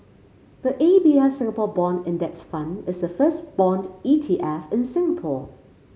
the A B F Singapore Bond Index Fund is the first bond E T F in Singapore